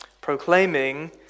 proclaiming